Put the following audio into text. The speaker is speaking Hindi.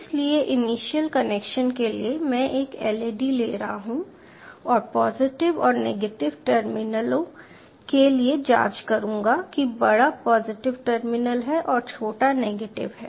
इसलिए इनिशियल कनेक्शन के लिए मैं एक LED ले रहा हूं मैं पॉजिटिव और नेगेटिव टर्मिनलों के लिए जांच करूंगा कि बड़ा पॉजिटिव टर्मिनल है और छोटा नेगेटिव है